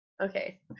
okay